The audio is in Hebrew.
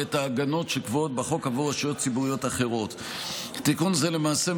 הצעת חוק תובענות ייצוגיות (תיקון מס' 15),